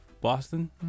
Boston